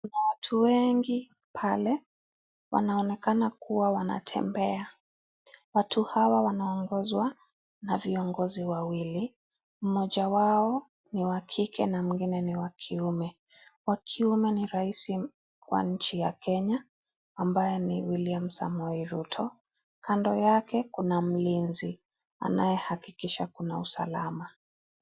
Kuna watu wengi pale. Wanaonekana kuwa wanatembea. Watu hawa wanaongozwa na viongozi wawili, mmoja wao ni wa kike na mwingine ni wa kiume. Wa kiume ni rais wa nchi ya Kenya ambaye ni William Samoei Ruto. Kando yake kuna mlinzi anayehakikisha kuna usalama.